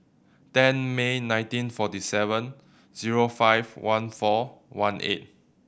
ten May nineteen forty seven zero five one four one eight